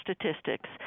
Statistics